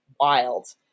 wild